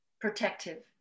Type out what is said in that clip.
protective